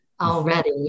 already